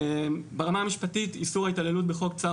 ברמה המשפטית איסור התעללות בחוק צער